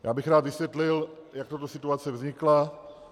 Já bych rád vysvětlil, jak tato situace vznikla.